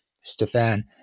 Stefan